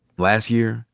last year,